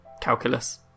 calculus